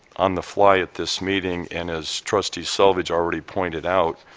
on the fly at this meeting and as trustee selvidge already pointed out,